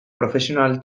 profesional